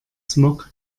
smog